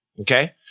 Okay